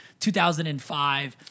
2005